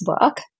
work